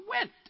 went